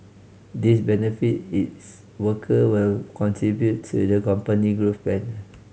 this benefit is worker will contribute to the company growth plan